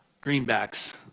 greenbacks